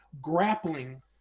grappling